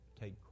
take